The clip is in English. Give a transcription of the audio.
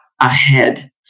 ahead